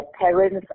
parents